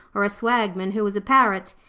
or a swagman who was a parrot.